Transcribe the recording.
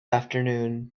afternoon